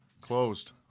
Closed